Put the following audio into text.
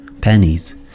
pennies